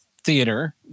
theater